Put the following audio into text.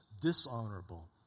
dishonorable